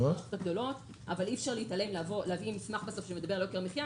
אי אפשר להביא מסמך שמדבר על יוקר המחיה